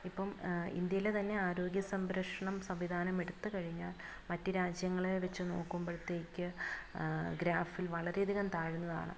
ഇപ്പോള് ഇന്ത്യയിലെ തന്നെ ആരോഗ്യ സംരക്ഷണം സംവിധാനമെടുത്തുകഴിഞ്ഞാല് മറ്റു രാജ്യങ്ങളെ വച്ചുനോക്കുമ്പോഴത്തേക്ക് ഗ്രാഫിൽ വളരെയധികം താഴ്ന്നതാണ്